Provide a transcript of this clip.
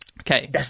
Okay